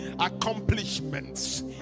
Accomplishments